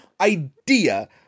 idea